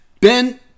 Ben